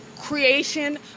creation